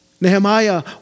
Nehemiah